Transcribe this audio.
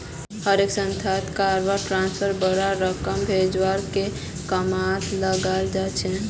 हर एक संस्थात वायर ट्रांस्फरक बडा रकम भेजवार के कामत लगाल जा छेक